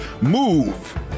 move